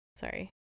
Sorry